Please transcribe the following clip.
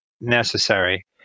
necessary